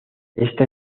esta